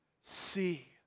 see